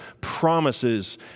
promises